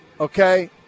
Okay